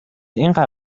اینقدر